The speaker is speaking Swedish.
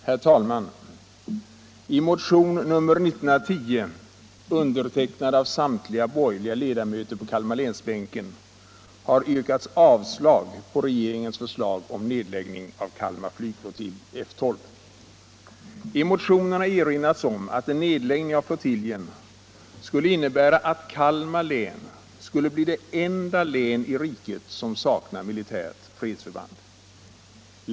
Herr talman! I motion nr 1910, undertecknad av samtliga borgerliga ledamöter på Kalmarlänsbänken, har yrkats avslag på regeringens förslag om nedläggning av Kalmar flygflottilj, F 12. I motionen erinras om att en nedläggning av flottiljen skulle innebära att Kalmar län skulle bli det enda län i riket som saknar militärt fredsförband.